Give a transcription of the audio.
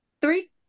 three